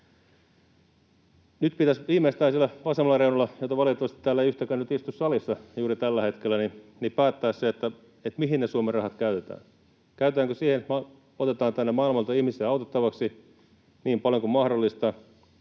Nyt pitäisi viimeistään siellä vasemmalla reunalla, jossa valitettavasti ei yhtäkään nyt istu juuri tällä hetkellä, päättää se, mihin ne Suomen rahat käytetään: käytetäänkö siihen, että otetaan tänne maailmalta ihmisiä autettavaksi niin paljon kuin mahdollista,